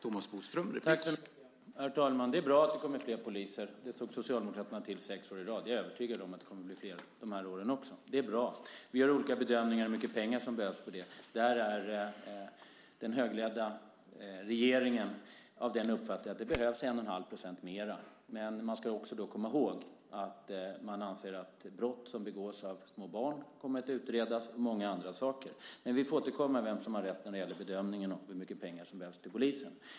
Herr talman! Det är bra att det kommer fler poliser. Det såg Socialdemokraterna till sex år i rad. Jag är övertygad om att det kommer att bli flera dessa år också. Det är bra. Vi gör olika bedömningar om hur mycket pengar som behövs. Där har den högerledda regeringen uppfattningen att det behövs 1 1⁄2 miljard mer, men man ska då komma ihåg att man anser att brott begångna av små barn kommer att utredas och många andra saker. Men vi får återkomma till vem som har rätt när det gäller bedömningen av hur mycket pengar som behövs till polisen.